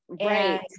Right